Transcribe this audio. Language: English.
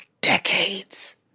decades